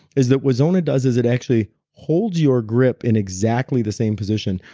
is that what zona does is it actually holds your grip in exactly the same position.